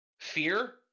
Fear